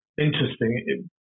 interesting